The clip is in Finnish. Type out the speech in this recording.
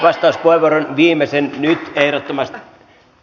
vastaus voi vuoden salissa läsnä